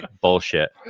Bullshit